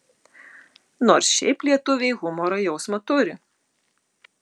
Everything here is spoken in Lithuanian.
nors šiaip lietuviai humoro jausmą turi